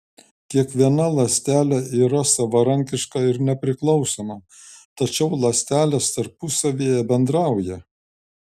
kiekviena ląstelė yra savarankiška ir nepriklausoma tačiau ląstelės tarpusavyje bendrauja